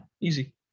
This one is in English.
Easy